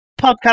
podcast